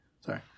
Sorry